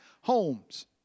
homes